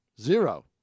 Zero